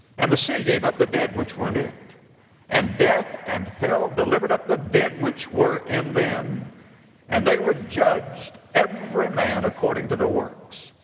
and the sea gave up the dead which were in it and death and hell delivered up the dead which were in them and they were judged every man according to their works.